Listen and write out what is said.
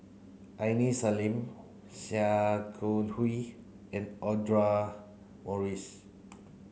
Aini Salim Sia Kah Hui and Audra Morrice